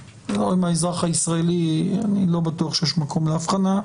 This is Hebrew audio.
אני לא בטוח שיש מקום להבחנה.